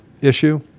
issue